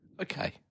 okay